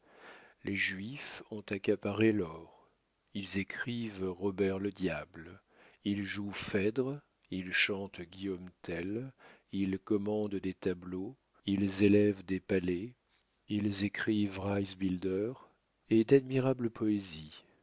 les juifs ont accaparé l'or ils écrivent robert le diable ils jouent phèdre ils chantent guillaume tell ils commandent des tableaux ils élèvent des palais ils écrivent reisebilder et d'admirables poésies